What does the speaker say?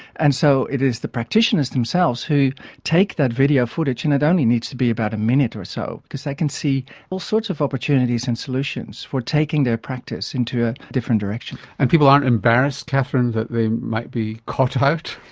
and so it is the practitioners themselves who take that video footage, and it only needs to be about a minute or so because they can see all sorts of opportunities and solutions for taking their practice into a different direction. and people aren't embarrassed, katherine, that they might be caught out?